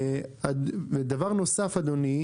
אדוני,